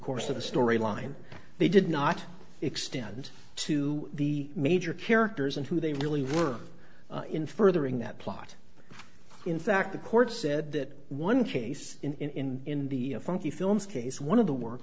course of the story line they did not extend to the major characters and who they really were in furthering that plot in fact the court said that one case in the funky films case one of the work